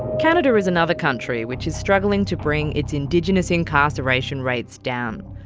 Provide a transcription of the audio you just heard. canada is another country which is struggling to bring its indigenous incarceration rates down.